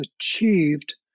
achieved